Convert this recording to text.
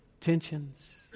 tensions